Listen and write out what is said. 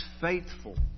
faithful